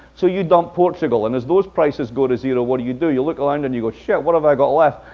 so you dump portugal. and as those prices go to zero, what do you do? you look around and you go, shit, what have i got left?